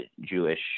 Jewish